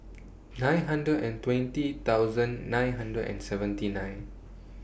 nine hundred and twenty thousand nine hundred and seventy nine